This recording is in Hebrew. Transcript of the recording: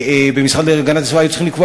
במשרד להגנת הסביבה שהיו צריכים לקבוע